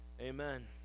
Amen